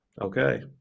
okay